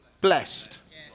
blessed